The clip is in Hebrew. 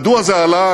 מדוע זה עלה?